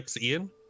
Ian